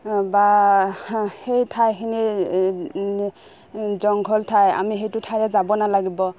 বা সেই ঠাইখিনি জংঘল ঠাই আমি সেইটো ঠাইৰে যাব নালাগিব